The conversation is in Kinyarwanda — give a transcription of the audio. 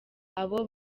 abo